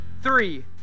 three